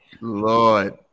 Lord